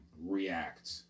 react